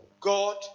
God